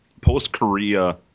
post-Korea